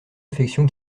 affection